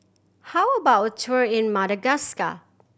how about a tour in Madagascar